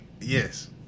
Yes